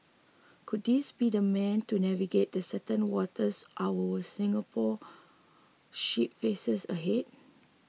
could this be the man to navigate the certain waters our Singapore ship faces ahead